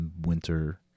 winter